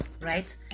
Right